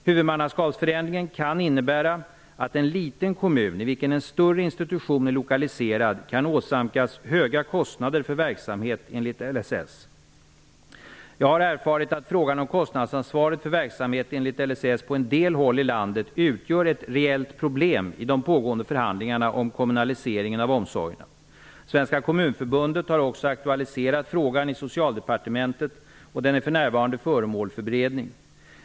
Huvudmannaskapsförändringen kan innebära att en liten kommun i vilken en större institution är lokaliserad kan åsamkas höga kostnader för verksamhet enligt LSS. Jag har erfarit att frågan om kostnadsansvaret på en del håll i landet utgör ett reellt problem i de pågående förhandlingarna om kommunaliseringen av omsorgerna. Svenska kommunförbundet har också aktualiserat frågan i Socialdepartementet, och den är för närvarande föremål för beredning.